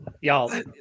y'all